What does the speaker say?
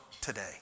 today